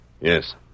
Yes